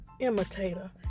imitator